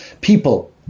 people